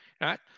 right